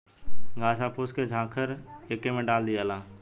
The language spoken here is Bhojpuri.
घास आ फूस के झंखार एके में डाल दियाला